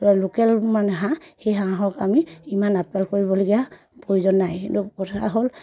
local মানে হাঁহ সেই হাঁহক আমি ইমান আপদাল কৰিবলগীয়া প্ৰয়োজন নাই কিন্তু কথা হ'ল